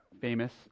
famous